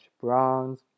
Bronze